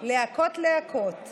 להקות-להקות